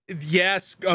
Yes